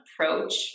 approach